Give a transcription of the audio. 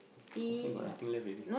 okay you got nothing left already